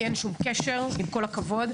כי עם כל הכבוד,